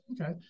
Okay